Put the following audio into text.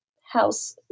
house